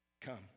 Come